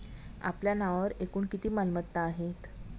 आपल्या नावावर एकूण किती मालमत्ता आहेत?